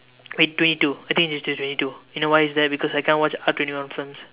wait twenty two I think you just change to twenty two you know why is that because I cannot watch R twenty one films